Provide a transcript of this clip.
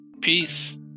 peace